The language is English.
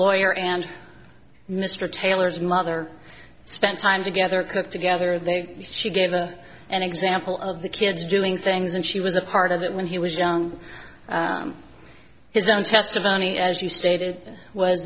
lawyer and mr taylor's mother spent time together cook together they she gave her an example of the kids doing things and she was a part of it when he was young his own testimony as you stated was